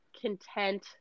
content